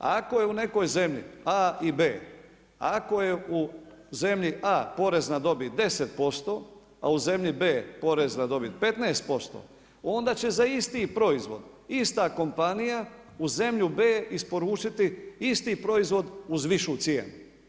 Ako je u nekoj zemlji A i B, ako je u zemlji A porez na dobit 10%, a u zemlji B porez na dobit 15% onda će za isti proizvod ista kompanija u zemlju B isporučiti isti proizvod uz višu cijenu.